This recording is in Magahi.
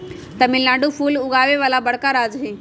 तमिलनाडु फूल उगावे वाला बड़का राज्य हई